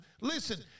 listen